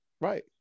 Right